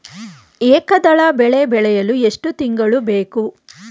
ಏಕದಳ ಬೆಳೆ ಬೆಳೆಯಲು ಎಷ್ಟು ತಿಂಗಳು ಬೇಕು?